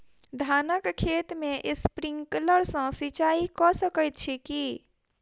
धानक खेत मे स्प्रिंकलर सँ सिंचाईं कऽ सकैत छी की?